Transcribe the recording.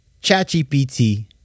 ChatGPT